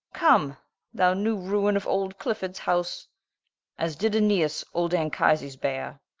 come thou new ruine of olde cliffords house as did aeneas old anchyses beare,